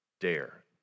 dare